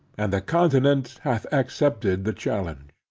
and the continent hath accepted the challenge.